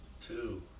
two